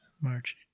March